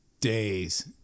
days